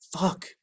Fuck